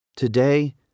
Today